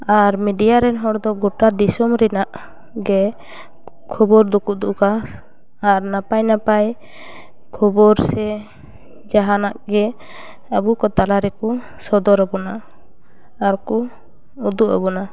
ᱟᱨ media ᱨᱮᱱ ᱦᱚᱲ ᱫᱚ ᱜᱚᱴᱟ ᱫᱤᱥᱚᱢ ᱨᱮᱱᱟᱜ ᱜᱮ ᱠᱷᱳᱵᱳᱨ ᱫᱚᱠᱚ ᱩᱫᱩᱜᱟ ᱟᱨ ᱱᱟᱯᱟᱭ ᱱᱟᱯᱟᱭ ᱠᱷᱳᱵᱳᱨ ᱥᱮ ᱡᱟᱦᱟᱱᱟᱜ ᱜᱮ ᱟᱵᱚ ᱠᱚ ᱛᱟᱞᱟ ᱨᱮᱠᱚ ᱥᱚᱫᱚᱨᱟᱵᱚᱱᱟ ᱟᱨ ᱠᱚ ᱩᱫᱩᱜ ᱟᱵᱚᱱᱟ